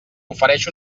ofereix